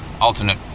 alternate